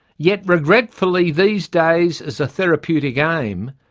yet regretfully these days as a therapeutic aim,